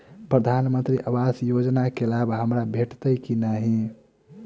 प्रधानमंत्री आवास योजना केँ लाभ हमरा भेटतय की नहि?